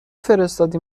فرستادی